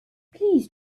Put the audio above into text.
please